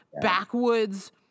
backwoods